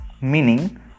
meaning